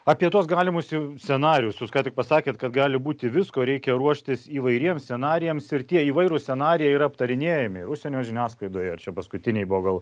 apie tuos galimus jau scenarijus jūs ką tik pasakėt kad gali būti visko reikia ruoštis įvairiems scenarijams ir tie įvairūs scenarijai yra aptarinėjami ir užsienio žiniasklaidoje ir čia paskutiniai buvo gal